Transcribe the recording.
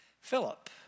Philip